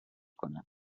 کنند